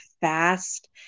fast